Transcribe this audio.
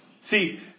See